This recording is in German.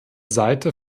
seite